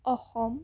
Assam